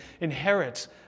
inherit